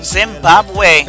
Zimbabwe